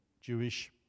Jewish